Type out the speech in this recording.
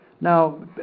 Now